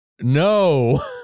no